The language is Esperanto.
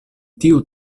tiu